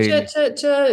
čia čia čia